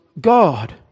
God